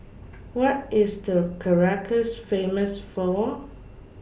What IS Caracas Famous For